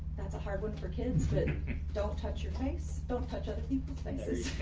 that's a hard one for kids but don't touch your face. don't touch other people's faces.